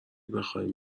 بخای